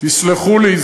תסלחו לי,